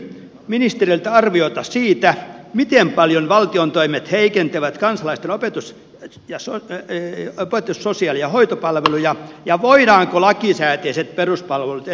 kysyn ministeriltä arviota siitä miten paljon valtion toimet heikentävät kansalaisten opetus sosiaali ja hoitopalveluja ja voidaanko lakisääteiset peruspalvelut enää turvata